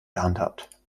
gehandhabt